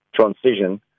transition